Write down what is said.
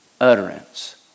utterance